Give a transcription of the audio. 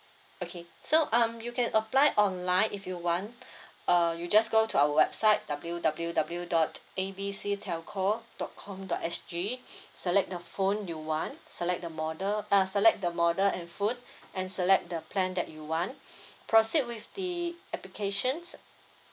okay so um you can apply online if you want uh you just go to our website W W W dot A B C telco dot com dot S G select the phone you want select the model uh select the model and phone and select the plan that you want proceed with the applications